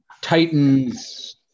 Titans